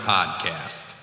Podcast